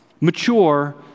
mature